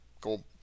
go